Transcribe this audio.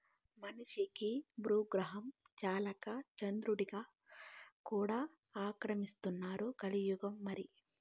మనిషికి బూగ్రహం చాలక చంద్రుడ్ని కూడా ఆక్రమిస్తున్నారు కలియుగం మరి